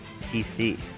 TC